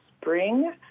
spring